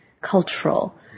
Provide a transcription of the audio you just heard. cultural